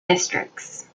districts